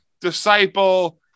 disciple